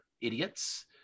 idiots